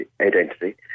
identity